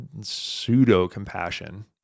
pseudo-compassion